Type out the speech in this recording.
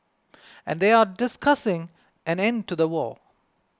and they are discussing an end to the war